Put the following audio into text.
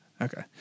Okay